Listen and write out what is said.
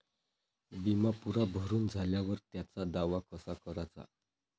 बिमा पुरा भरून झाल्यावर त्याचा दावा कसा कराचा?